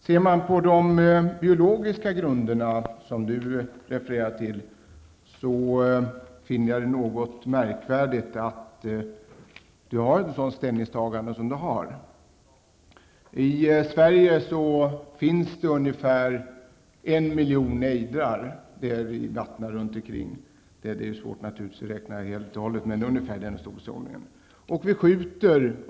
Ser man på de biologiska grunderna som Lennart Fremling refererade till, finner jag det något märkvärdigt att Lennart Fremling har gjort detta ställningstagande. I Sverige finns det ungefär en miljon ejdrar. Det är naturligtvis svårt att räkna helt och hållet, men det ligger i den storleksordningen.